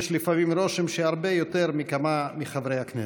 יש לפעמים רושם שהרבה יותר מכמה מחברי הכנסת.